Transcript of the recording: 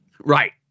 Right